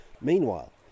Meanwhile